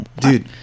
dude